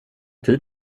tid